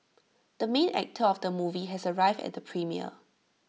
the main actor of the movie has arrived at premiere